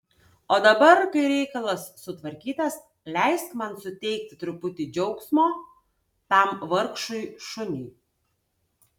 o dabar kai reikalas sutvarkytas leisk man suteikti truputį džiaugsmo tam vargšui šuniui